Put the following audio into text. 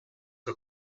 que